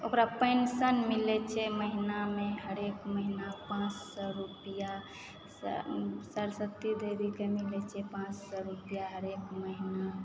ओकरा पेंशन मिलैत छै महिनामे हरेक महिना पाँच सए रुपैआ सरस्वती देवीके मिलैत छै पाँच सए रुपैआ हरेक महिना